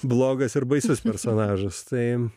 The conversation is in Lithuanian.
blogas ir baisus personažas tai jam